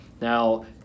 Now